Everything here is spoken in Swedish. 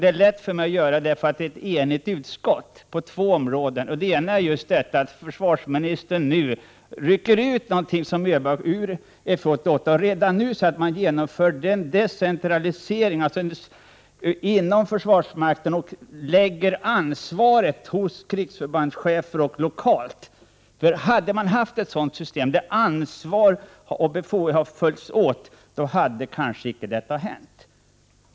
Det är lätt för mig att göra det, eftersom utskottet är enigt på två områden. Det ena är att försvarsministern redan nu rycker ut något ur FU88 och genomför en decentralisering inom försvarsmakten och lägger ansvaret lokalt hos krigsförbandschefer. Hade man haft ett sådant system där ansvar och befogenheter hade följts åt, så hade kanske icke detta hänt.